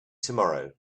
tomorrow